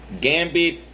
Gambit